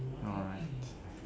alright